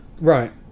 Right